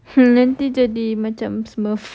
hmm nanti jadi macam smurf